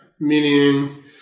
Meaning